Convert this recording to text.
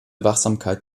wachsamkeit